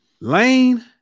Lane